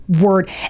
word